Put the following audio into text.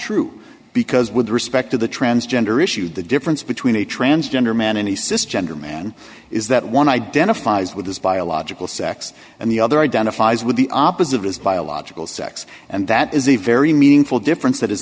true because with respect to the transgender issue the difference between a transgender man and he says her man is that one identifies with his biological sex and the other identifies with the opposite his biological sex and that is a very meaningful difference that is